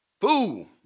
Fool